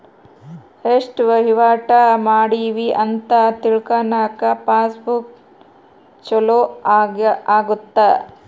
ಎಸ್ಟ ವಹಿವಾಟ ಮಾಡಿವಿ ಅಂತ ತಿಳ್ಕನಾಕ ಪಾಸ್ ಬುಕ್ ಚೊಲೊ ಅಗುತ್ತ